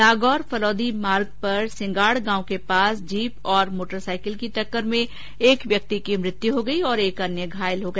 नागौर फलोदी मार्ग पर सिंगड़ गांव के पास जीपन और मोटरसाइकिल की टक्करमें एक व्यक्ति की मृत्यु हो गई और एक व्यक्ति घायल हो गया